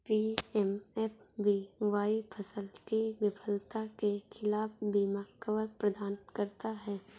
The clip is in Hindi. पी.एम.एफ.बी.वाई फसल की विफलता के खिलाफ बीमा कवर प्रदान करता है